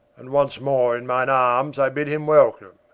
and once more in mine armes i bid him welcome,